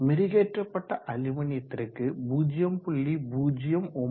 மெருகெற்றப்பட்ட அலுமினியத்திற்கு 0